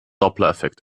dopplereffekt